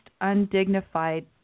undignified